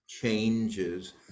changes